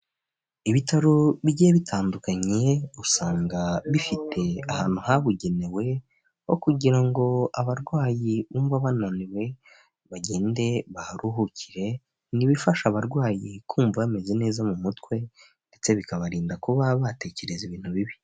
Ibitaro bigiye bitandukanye usanga bifite ahantu habugenewe ho kugira ngo abarwayi bumva bananiwe bagende baharuhukire n'ibifasha abarwayi kumva bameze neza mu mutwe ndetse bikabarinda kuba batekereza ibintu bibi.